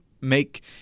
make